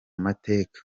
mateka